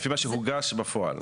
לפי מה שהוגש בפועל.